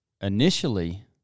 initially